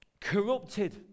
corrupted